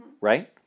Right